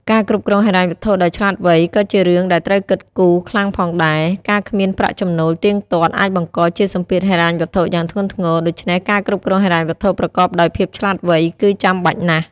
ការគ្រប់គ្រងហិរញ្ញវត្ថុដោយឆ្លាតវៃក៏ជារឿងដែលត្រូវគិតគូខ្លាំងផងដែរ ការគ្មានប្រាក់ចំណូលទៀងទាត់អាចបង្កជាសម្ពាធហិរញ្ញវត្ថុយ៉ាងធ្ងន់ធ្ងរ ដូច្នេះការគ្រប់គ្រងហិរញ្ញវត្ថុប្រកបដោយភាពឆ្លាតវៃគឺចាំបាច់ណាស់។